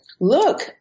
look